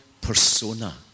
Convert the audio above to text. persona